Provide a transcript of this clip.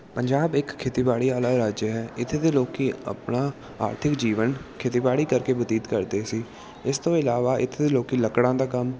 ਪੰਜਾਬ ਇੱਕ ਖੇਤੀਬਾੜੀ ਵਾਲਾ ਰਾਜ ਹੈ ਇੱਥੇ ਦੇ ਲੋਕ ਆਪਣਾ ਆਰਥਿਕ ਜੀਵਨ ਖੇਤੀਬਾੜੀ ਕਰਕੇ ਬਤੀਤ ਕਰਦੇ ਸੀ ਇਸ ਤੋਂ ਇਲਾਵਾ ਇੱਥੇ ਦੇ ਲੋਕ ਲੱਕੜਾਂ ਦਾ ਕੰਮ